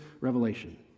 Revelation